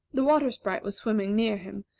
the water sprite was swimming near him,